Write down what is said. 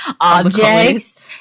objects